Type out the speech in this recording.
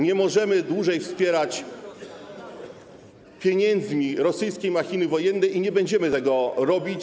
Nie możemy dłużej wspierać pieniędzmi rosyjskiej machiny wojennej i nie będziemy tego robić.